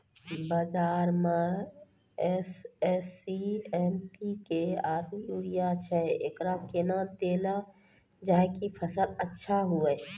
बाजार मे SSP, MPK आरु यूरिया छैय, एकरा कैना देलल जाय कि फसल अच्छा हुये?